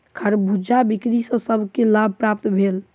खरबूजा बिक्री सॅ सभ के लाभ प्राप्त भेल